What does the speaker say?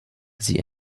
sie